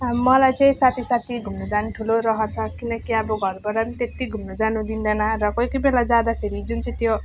हाम मलाई चाहिँ साथी साथी घुम्न जानु ठुलो रहर छ किनकि अब घरबाट पनि त्यत्ति घुम्न जानु दिँदैन र कोही कोही बेला जाँदाखेरि जुन चाहिँ त्यो